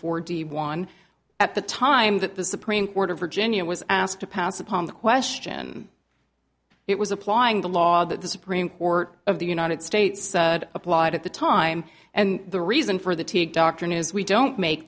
four d one at the time that the supreme court of virginia was asked to pounce upon the question it was applying the law that the supreme court of the united states applied at the time and the reason for the doctrine is we don't make